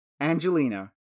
Angelina